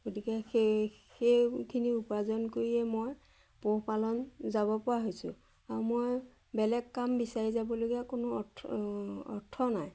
গতিকে সেই সেইখিনি উপাৰ্জন কৰিয়ে মই পোহপালন যাব পৰা হৈছোঁ আৰু মই বেলেগ কাম বিচাৰি যাবলগীয়া কোনো অৰ্থ অঁ অৰ্থ নাই